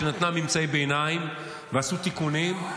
שנתנה ממצאי ביניים ועשו תיקונים.